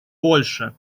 польша